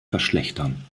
verschlechtern